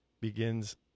begins